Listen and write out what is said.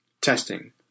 Testing